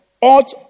ought